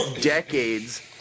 decades